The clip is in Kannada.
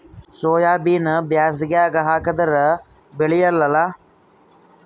ಸೋಯಾಬಿನ ಬ್ಯಾಸಗ್ಯಾಗ ಹಾಕದರ ಬೆಳಿಯಲ್ಲಾ?